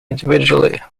individually